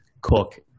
cook